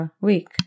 Week